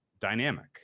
dynamic